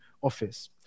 office